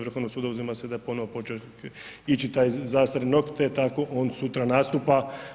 Vrhovnog suda uzima se da je ponovno počeo ići taj zastarni rok te tako on sutra nastupa.